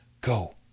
Go